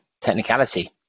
technicality